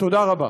תודה רבה.